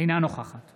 אינה נוכחת